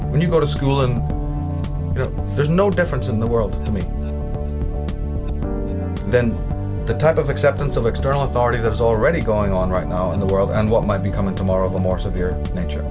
when you go to school and there's no difference in the world to me then the type of acceptance of external authority that's already going on right now in the world and what might be coming to more of a more severe nature